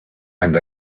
and